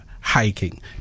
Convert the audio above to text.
hiking